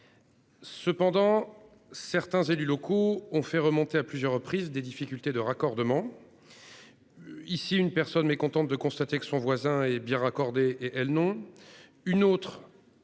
Cependant, certains élus locaux ont fait remonter à plusieurs reprises des difficultés de raccordement. Ici, une personne est mécontente de constater que son voisin est bien raccordé tandis